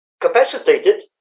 capacitated